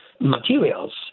materials